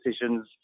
decisions